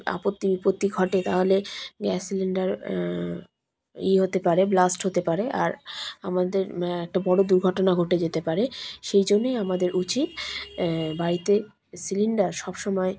আপত্তি বিপত্তি ঘটে তাহলে গ্যাস সিলিন্ডার ই হতে পারে ব্লাস্ট হতে পারে আর আমাদের একটা বড়ো দুর্ঘটনা ঘটে যেতে পারে সেই জন্যেই আমাদের উচিত বাড়িতে সিলিন্ডার সবসময়